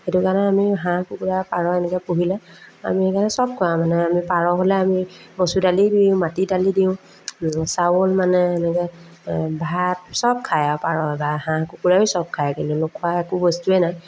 সেইটো কাৰণে আমি হাঁহ কুকুৰা পাৰ এনেকৈ পুহিলে আমি সেইকাৰণে চব খোৱাওঁ মানে আমি পাৰ হ'লে আমি মচুৰ দালি দিওঁ মাটি দালি দিওঁ চাউল মানে এনেকৈ ভাত চব খাই আৰু পাৰই বা হাঁহ কুকুৰায়ো চব খাই কিন্তু নোখোৱা একো বস্তুৱে নাই